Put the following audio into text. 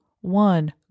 one